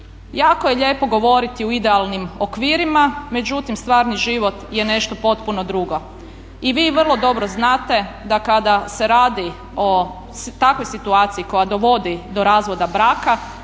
Jako je lijepo govoriti u idealnim okvirima, međutim stvarni život je nešto potpuno drugo. I vi vrlo dobro znate da kada se radi o takvoj situaciji koja dovodi do razvoda braka